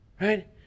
Right